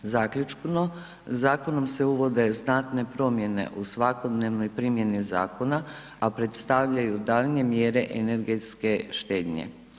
Zaključno, zakonom se uvode znatne promjene u svakodnevnoj primjeni zakona, a predstavljaju daljnje mjere energetske štednje.